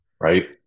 right